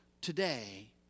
today